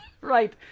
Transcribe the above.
Right